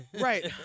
right